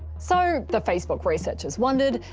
so, the facebook researchers wondered,